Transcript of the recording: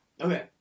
Okay